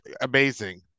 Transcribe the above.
amazing